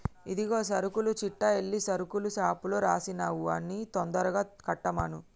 ఇదిగో సరుకుల చిట్టా ఎల్లి సరుకుల షాపులో రాసినవి అన్ని తొందరగా కట్టమను